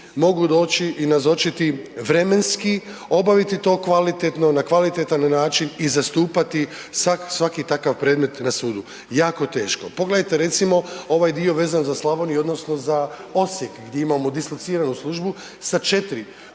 mogu doći i nazočiti, vremenski obaviti to kvalitetno, na kvalitetan način i zastupati svaki takav predmet na sudu, jako teško. Pogledajte recimo ovaj dio vezan za Slavoniju odnosno za Osijek gdje imamo dislociranu službu sa 4